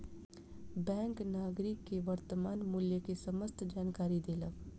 bank नागरिक के वर्त्तमान मूल्य के समस्त जानकारी देलक